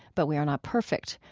but we are not perfect.